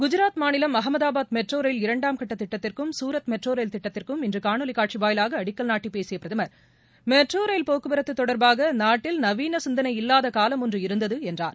குஜராத் மாநிலம் Ahmedabad metro rail இரண்டாம் கட்ட திட்டத்திற்கும் சூரத் மெட்ரோ ரயில் திட்டத்திற்கும் இன்று காணொலி காட்சி வாயிலாக அடிக்கல் நாட்டி பேசிய பிரதமா் மெட்ரோ ரயில் போக்குவரத்து தொடர்பாக நாட்டில் நவீன சிந்தனை இல்லாத காலம் ஒன்று இருந்தது என்றார்